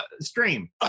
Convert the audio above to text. stream